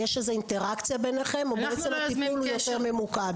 יש איזה אינטראקציה ביניכם או שהטיפול הוא יותר ממוקד?